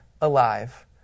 alive